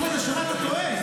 סימון, נשמה, אתה טועה.